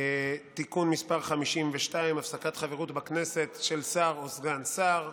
(תיקון מס' 52) (הפסקת חברות בכנסת של שר או סגן שר).